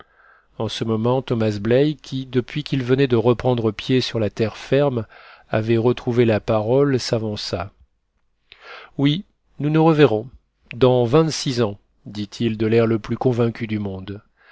en ce moment thomas black qui depuis qu'il venait de reprendre pied sur la terre ferme avait retrouvé la parole s'avança oui nous nous reverrons dans vingt-six ans dit-il de l'air le plus convaincu du monde